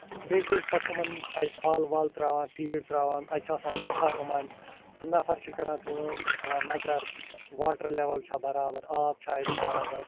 بیٚیہِ چھِ أسۍ پَتہٕ یِمَن اَتہِ پھل وَل ترٛاوان فیٖڈ ترٛاوان اَتہِ چھِ آسان نَفر یِمَن سُہ نَفر چھُ کران کٲم سُہ چھُ تھاوان نَظر واٹر لٮ۪وَل چھا برابد آب چھا اَتہِ برابد